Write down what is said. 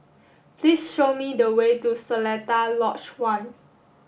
please show me the way to Seletar Lodge One